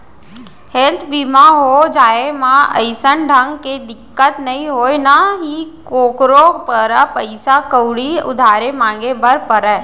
health बीमा हो जाए म अइसन ढंग के दिक्कत नइ होय ना ही कोकरो करा पइसा कउड़ी उधार मांगे बर परय